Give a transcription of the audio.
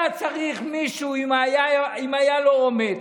היה צריך מישהו, אם היה לו אומץ,